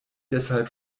deshalb